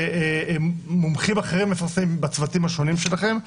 ומומחים אחרים מפרסמים בצמתים השונים שלכם.